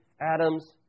Adam's